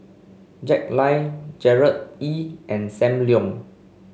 Jack Lai Gerard Ee and Sam Leong